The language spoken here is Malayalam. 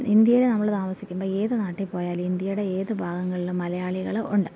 ഇന്ത്യയിൽ നമ്മൾ താമസിക്കുമ്പം ഏതു നാട്ടിൽ പോയാലും ഇന്ത്യയുടെ ഏതു ഭാഗങ്ങളിലും മലയാളികൾ ഉണ്ട്